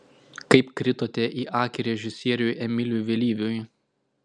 kaip kritote į akį režisieriui emiliui vėlyviui